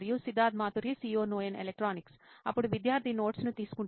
Siddharth Maturi CEO నోయిన్ electronics అప్పుడు విద్యార్థి నోట్స్ ను తీసుకుంటాడు